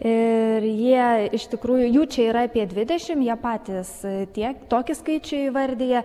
ir jie iš tikrųjų jų čia yra apie dvidešimt jie patys tiek tokį skaičių įvardija